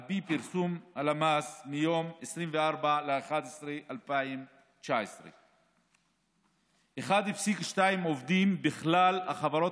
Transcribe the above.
על פי פרסום הלמ"ס מיום 24 בנובמבר 2019. 1.2% עובדים בכלל החברות